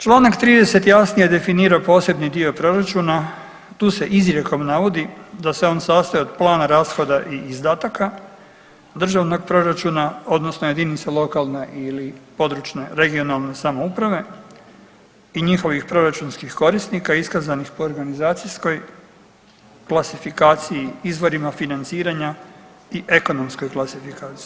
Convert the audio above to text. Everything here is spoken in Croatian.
Čl. 28. je definirao posebno dio proračuna, tu se izrijekom navodi da se on sastoji plana rashoda i izdataka državnog proračuna odnosno jedinica lokalne ili područne (regionalne) samouprave i njihovih proračunskih korisnika iskazanih po organizacijskoj klasifikaciji, izvorima financiranja i ekonomskoj klasifikaciji.